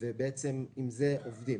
ובעצם עם זה עובדים.